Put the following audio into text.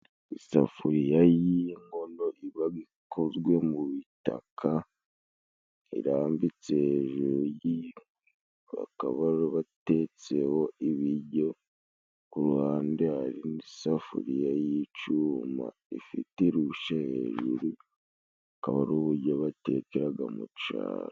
Isafuriya y'inkono ibaga ikozwe mu bitaka irambitse hejuru y'inkwi bakaba batetseho ibijyo, ku ruhande hari indi safuriya y'icuma ifite rushe hejuru ,akaba ari ubujyo batekeraga mu caro.